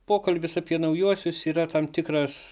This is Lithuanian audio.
pokalbis apie naujuosius yra tam tikras